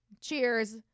cheers